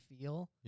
feel